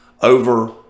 over